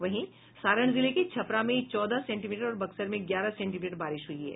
वहीं सारण जिले के छपरा में चौदह सेंटीमीटर और बक्सर में ग्यारह सेंटीमीटर बारिश हुई है